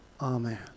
amen